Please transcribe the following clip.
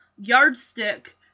yardstick